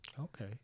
Okay